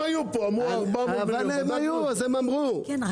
הם היו פה ואמרו 400